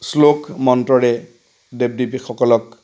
শ্লোক মন্ত্ৰৰে দেৱ দেৱীসকলক